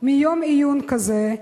מיום עיון כזה,